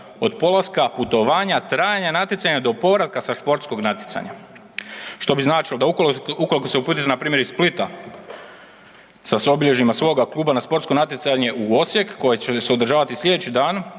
od polaska, putovanja, trajanja natjecanja do povratka sa športskog natjecanja. Što bi značilo da ukoliko se uputi npr. iz Splita sa obilježjima svoga kluba na sportsko natjecanje u Osijek koje će se održavati slijedeći dan